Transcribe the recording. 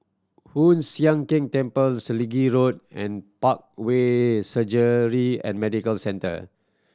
Hoon Sian Keng Temple Selegie Road and Parkway Surgery and Medical Centre